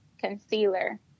concealer